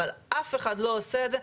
אבל אף אחד לא עושה את זה.